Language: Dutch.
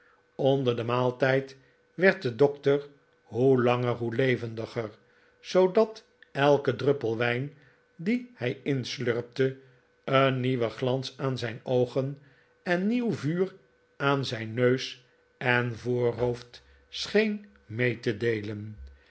onder den maaltijd werd de dokter hoe langer hoe levendiger zoodat elke druppel wijn dien hij inslurpte een nieuwen glans aan zijn oogen en nieuw vuur aan zijn neus en voorhoofd scheen mee te deelen